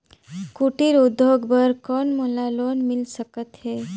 कुटीर उद्योग बर कौन मोला लोन मिल सकत हे?